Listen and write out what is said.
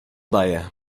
daję